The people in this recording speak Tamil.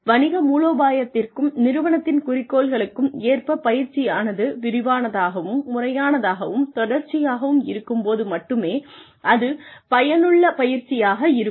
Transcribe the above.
வணிக மூலோபாயத்திற்கும் நிறுவனத்தின் குறிக்கோள்களுக்கும் ஏற்ப பயிற்சியானது விரிவானதாகவும் முறையானதாகவும் தொடர்ச்சியாகவும் இருக்கும்போது மட்டுமே அது பயனுள்ள பயிற்சியாக இருக்கும்